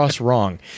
wrong